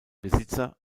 besitzer